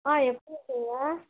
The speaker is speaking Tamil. ஆ எப்போ வந்தீங்க